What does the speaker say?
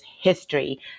history